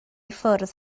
ffwrdd